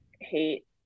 hate